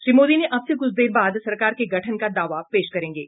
श्री मोदी अब से कुछ देर बाद सरकार के गठन का दावा पेश करेंगे